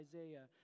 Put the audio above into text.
Isaiah